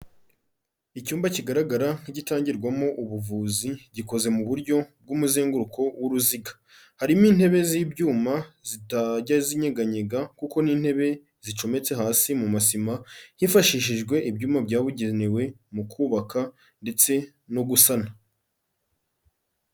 Icyumba kigaragara nkigitangirwamo ubuvuzi, gikoze mu buryo bw'umuzenguruko w'uruziga. Harimo intebe z'ibyuma zitajya zinyeganyega kuko ni intebe zicometse hasi mu masima, hifashishijwe ibyuma byabugenewe mu kubaka ndetse no gusana.